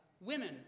Women